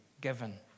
given